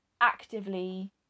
actively